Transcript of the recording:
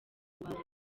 rwanda